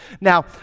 Now